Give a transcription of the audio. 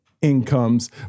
incomes